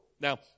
Now